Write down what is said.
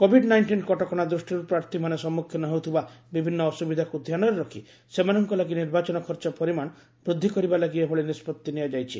Covid nineteen କଟକଣା ଦୃଷ୍ଟିରୁ ପ୍ରାର୍ଥୀମାନେ ସମ୍ମୁଖୀନ ହେଉଥିବା ବିଭିନ୍ନ ଅସୁବିଧାକୁ ଧ୍ୟାନରେ ରଖି ସେମାନଙ୍କ ଲାଗି ନିର୍ବାଚନ ଖର୍ଚ୍ଚ ପରିମାଣ ବୃଦ୍ଧି କରିବା ଲାଗି ଏଭଳି ନିଷ୍ପଭି ନିଆଯାଇଛି